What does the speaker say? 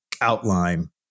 outline